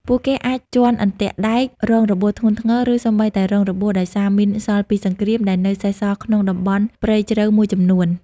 ពួកគេអាចជាន់អន្ទាក់ដែក រងរបួសធ្ងន់ធ្ងរ ឬសូម្បីតែរងរបួសដោយសារ មីនសល់ពីសង្គ្រាម ដែលនៅសេសសល់ក្នុងតំបន់ព្រៃជ្រៅមួយចំនួន។